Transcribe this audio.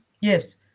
yes